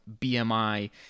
BMI